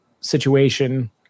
situation